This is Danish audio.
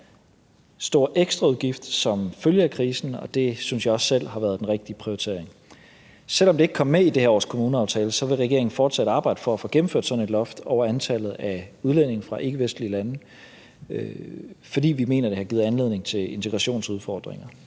stor ekstraudgift som følge af krisen. Det synes jeg også selv har været den rigtige prioritering. Selv om det ikke kom med i det her års kommuneaftale, vil regeringen fortsætte arbejde for at få gennemført sådan et loft over antallet af udlændinge fra ikkevestlige lande, fordi vi mener, det har givet anledning til integrationsudfordringer.